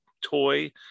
toy